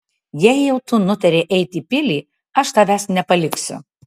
jei jau tu nutarei eiti į pilį aš tavęs nepaliksiu